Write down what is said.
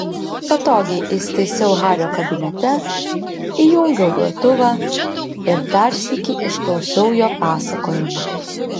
patogiai įsitaisiau hario kabinete įjungiau grotuvą ir dar sykį išklausiau jo pasakojimą